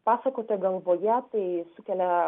pasakotojo galvoje tai sukelia